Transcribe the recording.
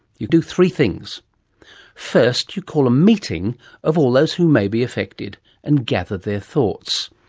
you do three things first you call a meeting of all those who may be affected and gather their thoughts,